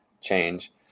change